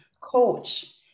coach